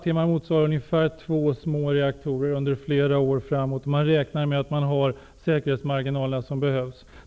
10 TWh motsvarar ungefär två små reaktorer under flera år framåt. Man räknar med att de säkerhetsmarginaler finns som behövs.